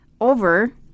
over